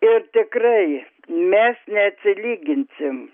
ir tikrai mes neatsilyginsim